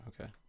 Okay